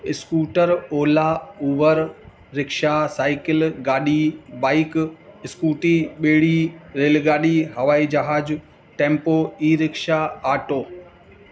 scooter Ola Uber rickshaw cycle गाॾी bike scooty ॿेड़ी रेलगाॾी हवाई जहाज टेम्पो ई रिक्शा ऑटो